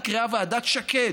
הוועדה נקראה ועדת שקד,